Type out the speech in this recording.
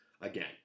again